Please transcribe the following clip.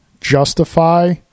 justify